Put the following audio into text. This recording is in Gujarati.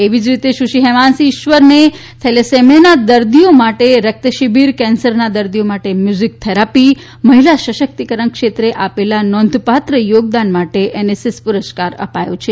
એવી જ રીતે સુશ્રી હેમાંશી ઈશ્વરને થેલેસેમીયાના દર્દીઓ માટે રક્તશિબિર કેન્સરના દર્દીઓ માટે મ્યુઝીક થેરાપી મહિલા સશક્તિ કરણ ક્ષેત્રે આપેલા નોંધપાત્ર યોગદાન માટે એનએસએસ પ્રસ્કાર અપાયો છે